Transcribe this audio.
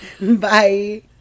Bye